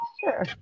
Sure